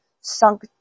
sunk